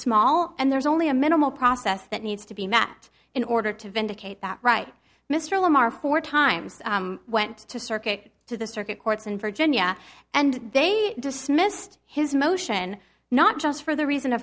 small and there's only a minimal process that needs to be met in order to vindicate that right mr lamar four times went to circuit to the circuit courts in virginia and they dismissed his motion not just for the reason